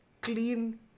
clean